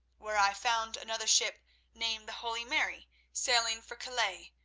where i found another ship named the holy mary sailing for calais,